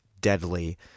deadly